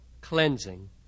cleansing